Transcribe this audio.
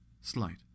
Slight